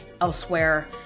elsewhere